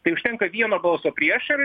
tai užtenka vieno balso prieš ir